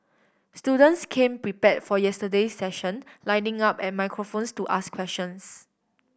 students came prepare for yesterday's session lining up at microphones to ask questions